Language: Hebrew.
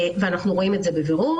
ואנחנו רואים את זה בבירור.